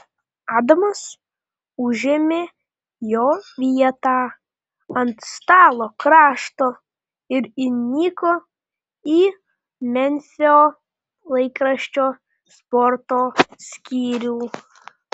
adamas užėmė jo vietą ant stalo krašto ir įniko į memfio laikraščio sporto skyrių